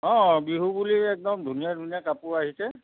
অঁ বিহু বুলি একদম ধুনীয়া ধুনীয়া কাপোৰ আহিছে